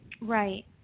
Right